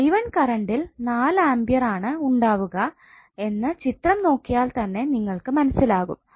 𝑖1കറണ്ടിൽ 4 ampere ആണ് ഉണ്ടാവുക എന്ന് ചിത്രം നോക്കിയാൽ തന്നെ നിങ്ങൾക്ക് മനസ്സിലാകും